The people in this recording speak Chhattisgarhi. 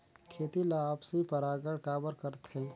खेती ला आपसी परागण काबर करथे?